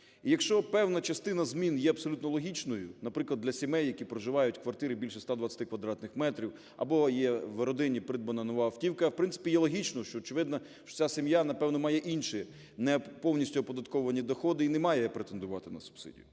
якщо певна частина змін є абсолютно логічною, наприклад, для сімей, які проживають в квартирі більше 120 квадратних метрів або є в родині придбана нова автівка, в принципі, є логічним, що очевидно, що ця сім'я, напевно, має інші, не повністю оподатковані доходи, і не має претендувати на субсидію.